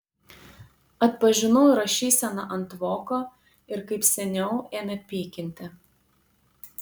atpažinau rašyseną ant voko ir kaip seniau ėmė pykinti